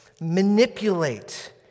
manipulate